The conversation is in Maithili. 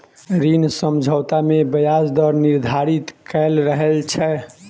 ऋण समझौता मे ब्याज दर निर्धारित कयल रहैत छै